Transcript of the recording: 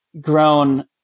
grown